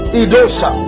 idosa